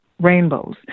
rainbows